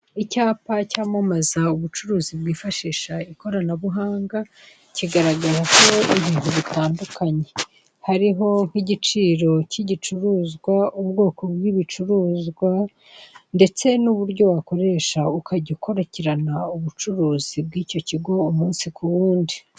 Icyapa cyamamaza ubucuruzi bwifashisha ikoranabuhanga, kigaragaraho ibintu bitandukanye, hariho nk'igiciro k'igicuruzwa, ubwoko bw'ibicuruzwa, ndetse n'uburyo wakoresha ukajya ukurikirana ubucuruzi bw'icyo kigo umunsi ku wundi.